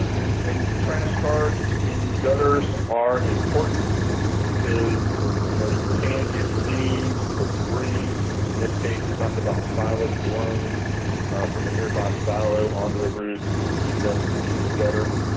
trash guards in gutters are important because you know you can get leaves or debris in this case, they talk about silage blown from a nearby silo onto the roof, could end up in your gutter.